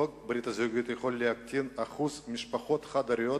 חוק ברית הזוגיות יכול להקטין את אחוז המשפחות החד-הוריות,